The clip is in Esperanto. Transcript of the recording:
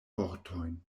vortojn